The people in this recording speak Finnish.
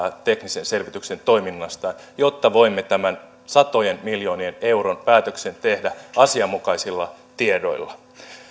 teknisen selvityksen toiminnasta jotta voimme tämän satojen miljoonien eurojen päätöksen tehdä asianmukaisilla tiedoilla